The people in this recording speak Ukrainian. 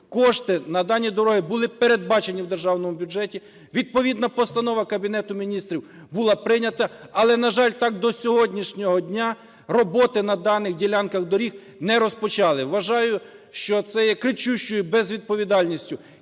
кошти на дані дороги були передбачені в державному бюджеті, відповідна постанова Кабінету Міністрів була прийнята, але, на жаль, так до сьогоднішнього дня роботи на даних ділянках доріг не розпочали. Вважаю, що це є кричущою безвідповідальністю